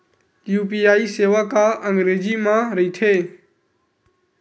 UPI सेवा का अंग्रेजी मा रहीथे?